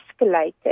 escalated